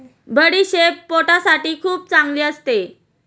बडीशेप पोटासाठी खूप चांगली असते